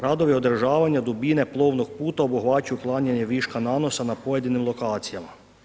Radovi održavanja dubine plovnog puta obuhvaćaju uklanjanje viška nanosa na pojedinim lokacijama.